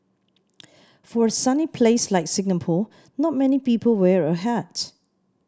for a sunny place like Singapore not many people wear a hat